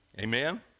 Amen